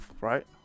right